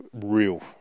real